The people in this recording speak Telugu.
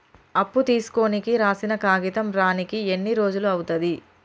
అప్పు తీసుకోనికి రాసిన కాగితం రానీకి ఎన్ని రోజులు అవుతది?